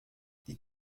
die